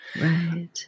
Right